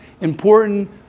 important